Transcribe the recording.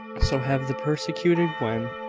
so have the persecuted, when,